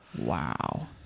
Wow